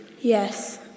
Yes